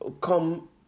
come